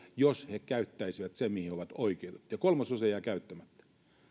jos he käyttäisivät sen mihin he ovat oikeutettuja kolmasosa jää käyttämättä